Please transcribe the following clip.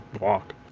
walk